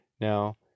Now